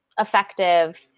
effective